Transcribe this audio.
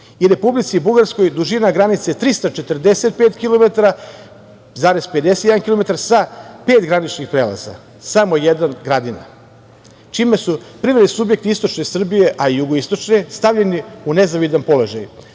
i Republici Bugarskoj je dužina granice 345, 51 kilometar, sa pet graničnih prelaza, samo jedan Gradina, čime su privredni subjekti istočne Srbije, a i jugoistočne stavljeni u nezavidan položaj.